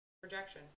projection